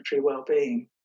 well-being